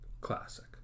Classic